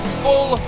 full